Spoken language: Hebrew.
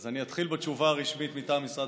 אז אני אתחיל בתשובה הרשמית מטעם משרד